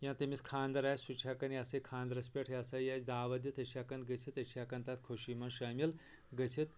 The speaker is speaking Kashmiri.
یا تٔمس خاندَر آسہِ سُہ چھِ ہٮ۪کَان یہِ ہَسا یہِ خاندرَس پٮ۪ٹھ یہِ ہَسا یہِ اَسہِ دعوت دِتھ أسۍ چھِ ہٮ۪کَان گٔژھتھ أسۍ چھِ ہٮ۪کَان تَتھ خوشی منٛز شٲمِل گٔژھتھ